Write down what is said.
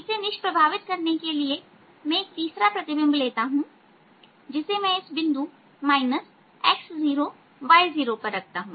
इसे प्रभावित करने के लिए मैं एक तीसरा प्रतिबिंब लेता हूं जिसे मैं इस बिंदु x0y0पर रखता हूं